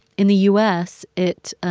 in the u s, it